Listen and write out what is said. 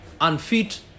unfit